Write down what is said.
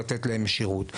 לתת להם שירות.